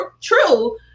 true